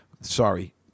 Sorry